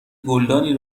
گلدانی